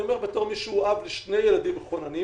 אני אומר בתור מי שהוא אב לשני ילדים מחוננים